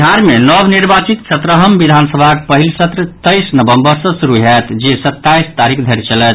बिहार मे नव निर्वाचित सत्रहम् विधानसभाक पहिल सत्र तैईस नवम्बर सँ शुरू होयत जे सत्ताईस तारीख धरि चलत